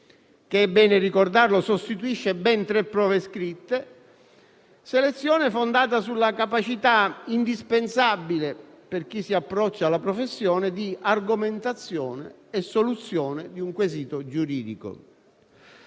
sostituisce ben tre prove scritte - fondata sulla capacità, indispensabile per chi si approccia alla professione, di argomentazione e soluzione di un quesito giuridico.